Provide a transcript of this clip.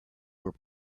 were